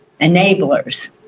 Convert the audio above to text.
Enablers